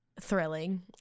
thrilling